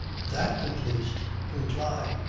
that at least won't lie.